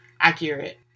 accurate